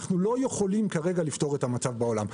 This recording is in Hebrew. אנחנו לא יכולים כרגע לפתור את המצב בעולם,